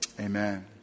amen